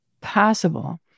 possible